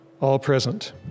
all-present